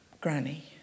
granny